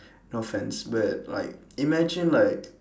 no offense but like imagine like